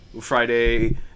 Friday